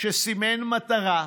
שסימן מטרה,